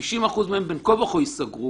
ש-90% מהם בין כה וכה ייסגרו